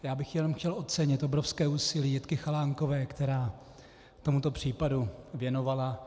Já bych jenom chtěl ocenit obrovské úsilí Jitky Chalánkové, které tomuto případu věnovala.